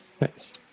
Nice